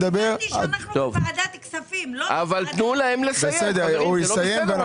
הוא יסיים.